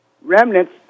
remnants